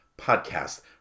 podcast